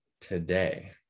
today